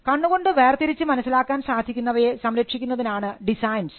കണ്ണുകൊണ്ട് വേർതിരിച്ച് മനസ്സിലാക്കാൻ സാധിക്കുന്നവയെ സംരക്ഷിക്കുന്നതിനാണ് ഡിസൈൻസ്